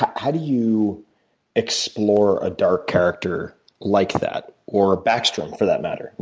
how do you explore a dark character like that, or a backstrom for that matter?